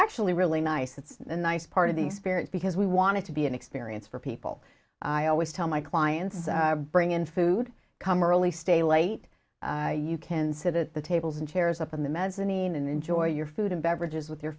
actually really nice it's a nice part of the spirit because we wanted to be an experience for people i always tell my clients bring in food come early stay late you can sit at the tables and chairs up in the mezzanine and enjoy your food and beverages with your